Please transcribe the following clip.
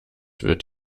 wird